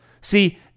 See